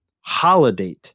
holiday